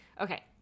Okay